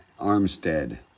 Armstead